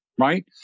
Right